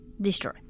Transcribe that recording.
destroy